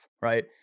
right